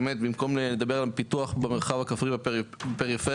באמת במקום לדבר על פיתוח במרחב הכפרי בפריפריה,